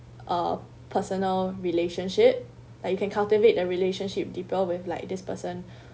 uh personal relationship like you can cultivate a relationship deeper with like this person